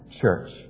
church